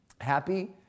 Happy